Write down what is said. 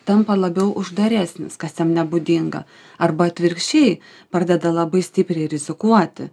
tampa labiau uždaresnis kas jam nebūdinga arba atvirkščiai pradeda labai stipriai rizikuoti